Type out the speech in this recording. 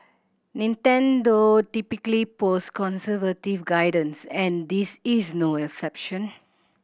Nintendo typically posts conservative guidance and this is no exception